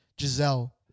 Giselle